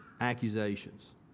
Accusations